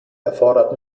erfordert